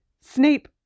Snape